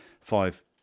five